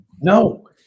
No